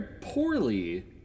poorly